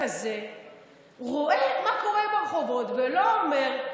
רואה מה קורה ברחובות ולא אומר,